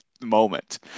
moment